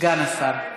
סגן השר.